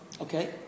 Okay